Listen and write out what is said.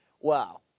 wow